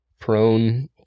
prone